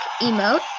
emote